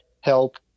help